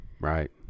Right